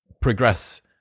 progress